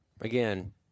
Again